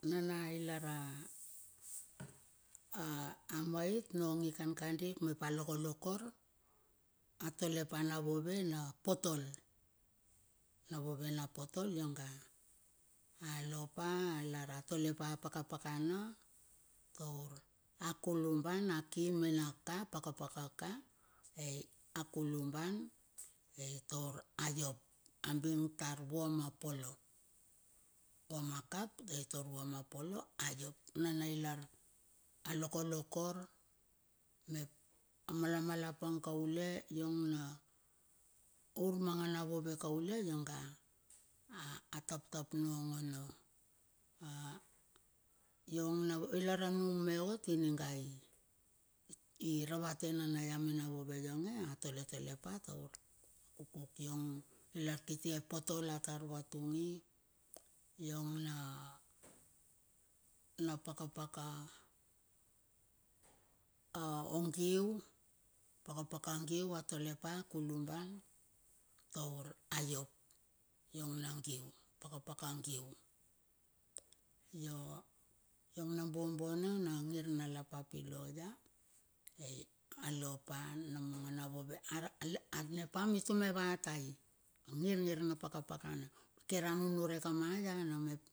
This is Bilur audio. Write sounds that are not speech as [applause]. Nana ilar a [hesitation] agamait nong ikan kand ik mep a lokolo kor a tole pa na vove na pot tol, na vove na pot tol yonga. Alo pa ilarate tole pa paka paka na. Taur a kuluban a kim mene ka paka paka ka, ai, a kuluban itour a iop. A bing tar vua ma polo, vua ma kap ai tar vua ma polo a iop. Nana ilar a loko lokor mep a mala mala pang kaule. Iong na ur mangana vove kaule ionga [hesitation] ataptap nongono. [hesitation] iong na. [unintelligible] I lar a nung me ot inigai ira vate nana ia me na vove ionge a tole tole pa taur, ukuk. Iong lar kiti epotol atar vatungi. Iong na [hesitation] na pakapaka a ogiu pakapaka giu va tole pa kuluban taur a iop. Iong na giu pakapaka gui. Io, iong a buobuono na ngir na lapap ilo ia. Ai a lo pa namanga na vove [hesitation] [unintelligible] ar ne pa mitu me va tai angir ngir na pakapakana kir a nunure kamai ia na mep.